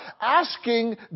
asking